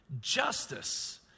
Justice